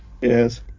Yes